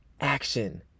action